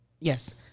Yes